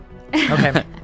Okay